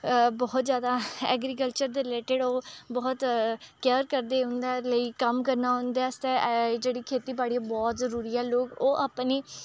बोह्त ज्यादा ऐग्रीकल्चर दे रलेट्ड ओह् बोह्त केयर करदे उं'दे लेई कम्म करना उं'दे आस्तै जेह्ड़ी खेतीबाड़ी ओह् बोह्त जरूरी ऐ लोग ओह् अपनी